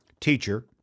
Teacher